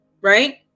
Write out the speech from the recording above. right